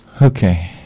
Okay